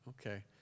Okay